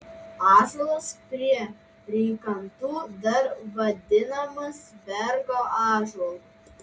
ąžuolas prie rykantų dar vadinamas bergo ąžuolu